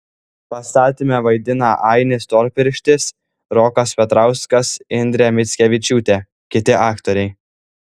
pastatyme vaidina ainis storpirštis rokas petrauskas indrė mickevičiūtė kiti aktoriai